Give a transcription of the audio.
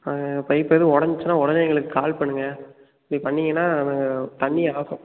ஆ pipe எதுவும் உடஞ்ச்சின்னா உடனே எங்களுக்கு கால் பண்ணுங்கள் நீங்கள் பண்ணிங்கன்னா நாங்கள் தண்ணியை ஆஃப்பு